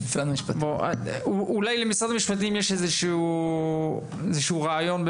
אולי למשרד המשפטים יש איזשהו רעיון.